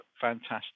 fantastic